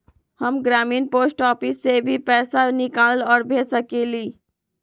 हम ग्रामीण post office से भी पैसा निकाल और भेज सकेली?